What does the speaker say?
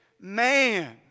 man